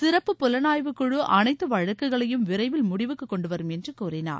சிறப்பு புலனாய்வுக்குழ அனைத்து வழக்குகளையும் விரைவில் முடிவுக்கு கொண்டுவரும் என்று கூறினார்